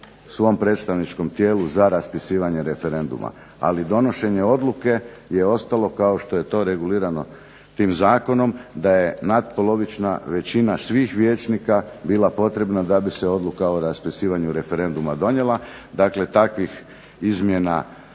svom predstavničkom tijelu za raspisivanje referenduma, ali donošenje odluke je ostalo kao što je to regulirano tim zakonom, da je natpolovična većina svih vijećnika bila potrebna da bi se odluka o raspisivanju referenduma donijela, dakle takvih izmjena